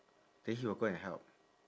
then he will go and help